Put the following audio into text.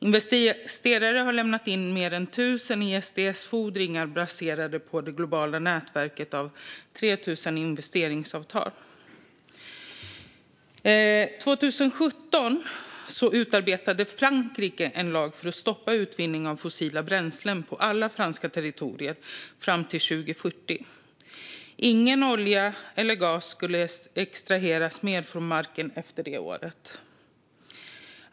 Investerare har lämnat in mer än 1 000 ISDS-fordringar baserade på det globala nätverket av 3 000 investeringsavtal. År 2017 utarbetade Frankrike en lag för att stoppa utvinning av fossila bränslen på alla franska territorier fram till 2040. Ingen mer olja eller gas skulle extraheras från marken efter det året.